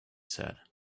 said